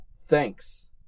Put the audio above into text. Thanks